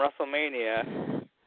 WrestleMania